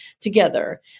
together